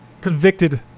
Convicted